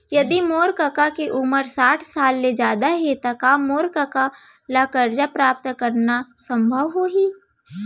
यदि मोर कका के उमर साठ साल ले जादा हे त का मोर कका ला कर्जा प्राप्त करना संभव होही